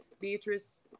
Beatrice